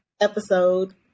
episode